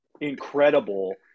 incredible